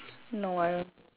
no I don't